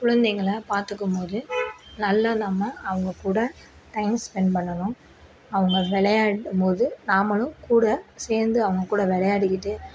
குழந்தைகளை பார்த்துக்கும் போது நல்லா நம்ம அவங்க கூட டைம் ஸ்பெண்ட் பண்ணனும் அவங்க விளையாட போது நாமளும் கூட சேர்ந்து அவங்க கூட விளையாடி கிட்டு